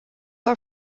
are